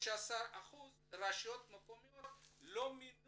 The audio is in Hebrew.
וב-13% הרשויות המקומיות לא מינו